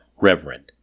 reverend